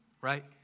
right